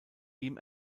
ihm